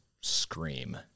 scream